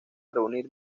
reunir